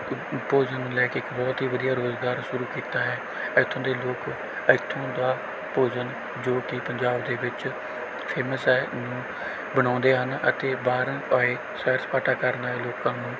ਭੋਜਨ ਨੂੰ ਲੈ ਕੇ ਇੱਕ ਬਹੁਤ ਹੀ ਵਧੀਆ ਰੁਜ਼ਗਾਰ ਸ਼ੁਰੂ ਕੀਤਾ ਹੈ ਇੱਥੋਂ ਦੇ ਲੋਕ ਇੱਥੋਂ ਦਾ ਭੋਜਨ ਜੋ ਕਿ ਪੰਜਾਬ ਦੇ ਵਿੱਚ ਫੇਮਸ ਹੈ ਨੂੰ ਬਣਾਉਂਦੇ ਹਨ ਅਤੇ ਬਾਹਰੋਂ ਆਏ ਸੈਰ ਸਪਾਟਾ ਕਰਨ ਆਏ ਲੋਕਾਂ ਨੂੰ